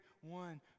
one